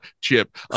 Chip